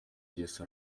yesu